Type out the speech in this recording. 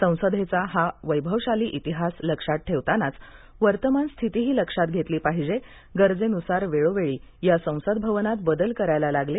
संसदेचा हा वैभवशाली इतिहास लक्षात ठेवतानाच वर्तमान स्थितीही लक्षात घेतली पाहिजे गरजेनुसार वेळोवेळी या संसद भवनात बदल करायला लागले